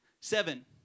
Seven